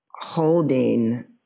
holding